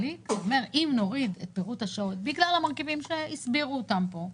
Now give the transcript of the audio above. אם נוריד את פירוט השעות בגלל המרכיבים שהסבירו אותם פה,